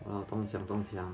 oh dong qiang dong qiang